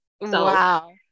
Wow